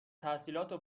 تحصیلاتو